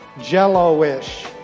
jello-ish